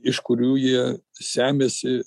iš kurių jie semiasi